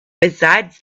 besides